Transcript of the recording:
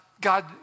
God